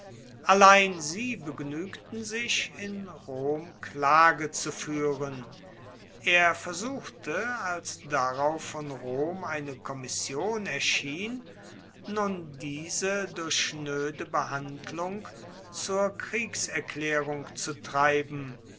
allein sie begnuegten sich in rom klage zu fuehren er versuchte als darauf von rom eine kommission erschien nun diese durch schnoede behandlung zur kriegserklaerung zu treiben